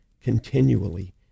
continually